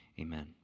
Amen